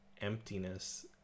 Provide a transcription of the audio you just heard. emptiness